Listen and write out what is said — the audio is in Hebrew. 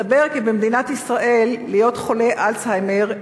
מסתבר כי במדינת ישראל להיות חולה אלצהיימר,